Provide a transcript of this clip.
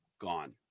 gone